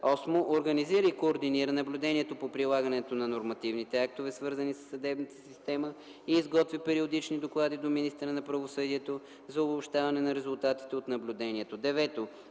организира и координира наблюдението по прилагането на нормативните актове, свързани със съдебната система, и изготвя периодични доклади до министъра на правосъдието за обобщаване на резултатите от наблюдението;